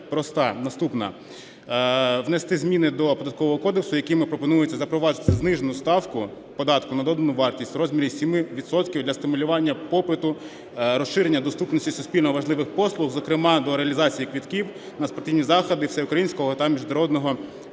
наступна. Внести зміни до Податкового кодексу, якими пропонується запровадити знижену ставку податку на додану вартість у розмірі 7 відсотків для стимулювання попиту, розширення доступності суспільно важливих послуг, зокрема до реалізації квитків на спортивні заходи всеукраїнського та міжнародного рівня,